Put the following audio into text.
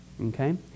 Okay